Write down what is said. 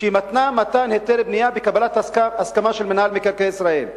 שמתנה מתן היתר בנייה בקבלת הסכמה של מינהל מקרקעי ישראל.